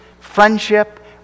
friendship